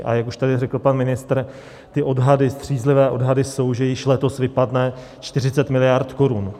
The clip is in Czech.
A jak už tady řekl pan ministr, ty odhady, střízlivé odhady, jsou, že již letos vypadne 40 mld. korun.